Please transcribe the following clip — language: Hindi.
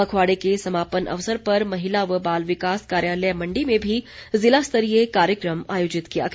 पखवाड़े के समापन अवसर पर महिला व बाल विकास कार्यालय मण्डी में भी जिला स्तरीय कार्यक्रम आयोजित किया गया